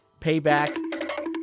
payback